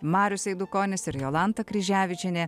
marius eidukonis ir jolanta kryževičienė